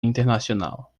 internacional